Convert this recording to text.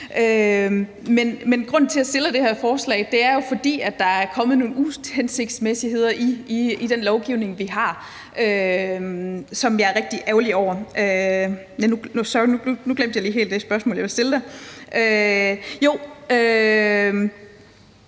Men grunden til, vi fremsætter det her forslag, er jo, at der er kommet nogle uhensigtsmæssigheder i den lovgivning, vi har, og som jeg er rigtig ærgerlig over. Nu glemte jeg helt det spørgsmål, jeg ville stille dig. Jo, det